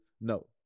No